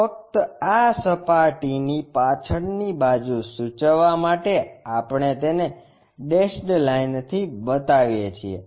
ફક્ત આ સપાટીની પાછળની બાજુ સૂચવવા માટે આપણે તેને ડેશેડ લાઇનથી બતાવીએ છીએ